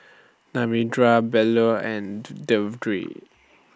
Narendra Bellur and The Vedre